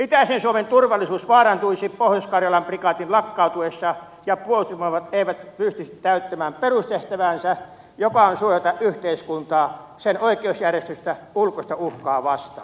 itäisen suomen turvallisuus vaarantuisi pohjois karjalan prikaatin lakkautuessa ja puolustusvoimat eivät pystyisi täyttämään perustehtäväänsä joka on suojata yhteiskuntaa ja sen oikeusjärjestystä ulkoista uhkaa vastaan